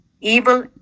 evil